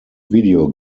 video